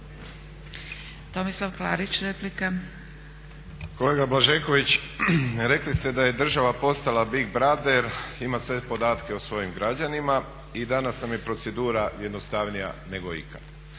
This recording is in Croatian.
Tomislav (HDZ)** Kolega Blažeković rekli ste da je država postala Big Brother, ima sve podatke o svojim građanima i danas nam je procedura jednostavnija nego ikad.